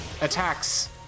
attacks